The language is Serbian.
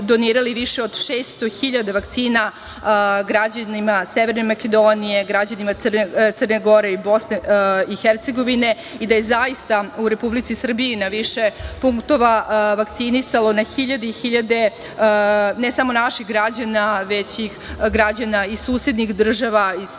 više od 600 hiljada vakcina građanima Severne Makedonije, građanima Crne Gore i BiH i da je zaista u Republici Srbiji na više punktova se vakcinisalo na hiljade i hiljade ne samo naših građana već i građana iz susednih država, iz Severne